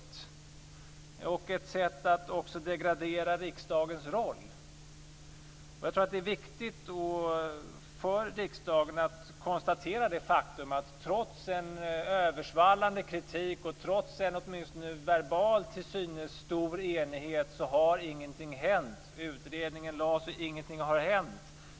Det är också ett sätt att degradera riksdagens roll. Det är viktigt att riksdagen konstaterar faktum: Trots en översvallande kritik och en åtminstone till synes stor verbal enighet så har ingenting hänt.